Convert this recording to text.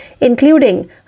including